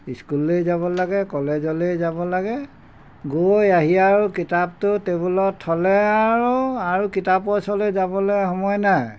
স্কুললৈ যাব লাগে কলেজলৈ যাব লাগে গৈ আহি আৰু কিতাপটো টেবুলত থ'লে আৰু আৰু কিতাপৰ ওচৰলৈ যাবলৈ সময় নাই